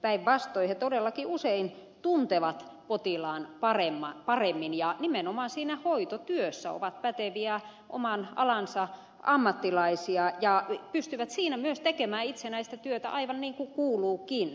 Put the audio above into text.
päinvastoin he todellakin usein tuntevat potilaan paremmin ja nimenomaan siinä hoitotyössä ovat päteviä oman alansa ammattilaisia ja pystyvät siinä myös tekemään itsenäistä työtä aivan niin kuin kuuluukin